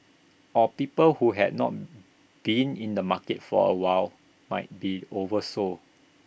or people who had not been in the market for A while might be oversold